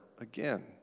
again